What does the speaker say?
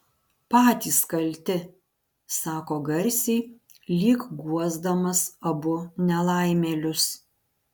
patys kalti sako garsiai lyg guosdamas abu nelaimėlius